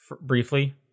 briefly